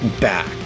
back